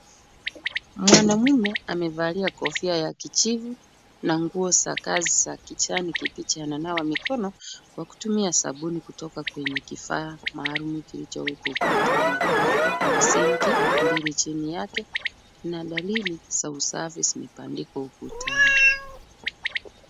Mwanaume amevalia kofia ya kijivu na nguo za kazi za kijani kibichi, ananawa mikono kwa kutumia sabuni kutoka kwenye kifaa maalum kilicho huko ukutani. Kuna sinki mbili chini yake, kuna dalili za usafi zimebandikwa ukutani.